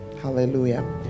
hallelujah